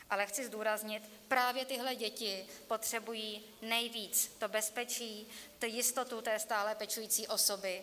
Ale chci zdůraznit, právě tyhle děti potřebují nejvíc to bezpečí, tu jistotu stálé pečující osoby.